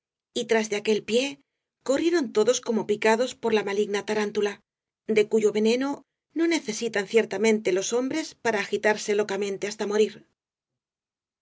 y tras de aquel pie corrieron todos como picados por la maligna tarántula de cuyo veneno no necesitan ciertamente los hombres para agitarse locamente hasta morir